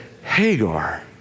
Hagar